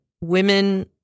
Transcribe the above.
women